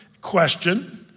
question